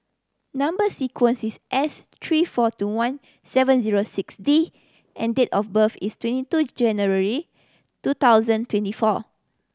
number sequence is S three four two one seven zero six D and date of birth is twenty two January two thousand twenty four